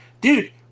dude